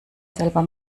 selber